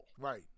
Right